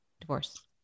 Divorce